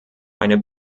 eine